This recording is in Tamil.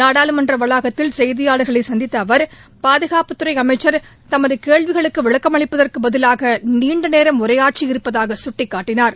நாடாளுமன்ற வளாகத்தில் செய்தியாளர்களை சந்தித்த அவர் பாதுகாப்புத்துறை அமைச்சர் தமது கேள்விகளுக்கு விளக்கம் அளிப்பதற்கு பதிலாக நீண்டநேரம் உரையாற்றியிருப்பதாக சுட்டிக்காட்டினார்